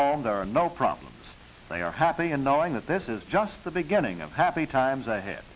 home there are no problems they are happy and knowing that this is just the beginning of happy times